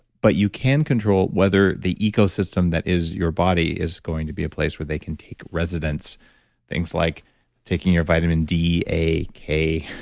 but you can control whether the ecosystem that is your body, is going to be a place where they can take residents things like taking your vitamin d, a, k,